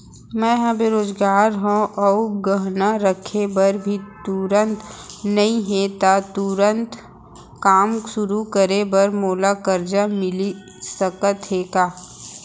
मैं ह बेरोजगार हव अऊ गहना रखे बर भी तुरंत नई हे ता तुरंत काम शुरू करे बर मोला करजा मिलिस सकत हे का?